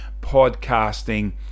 podcasting